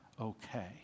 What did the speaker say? okay